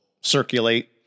circulate